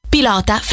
Pilota